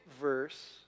verse